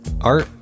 Art